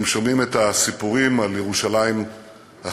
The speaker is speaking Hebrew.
הם שומעים את הסיפורים על ירושלים החצויה,